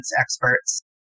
experts